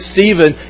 Stephen